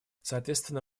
соответственно